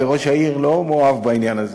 וראש העיר לא מאוהב בעניין הזה.